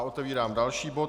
Otevírám další bod.